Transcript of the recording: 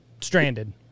stranded